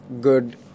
Good